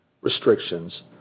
restrictions